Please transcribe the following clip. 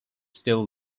still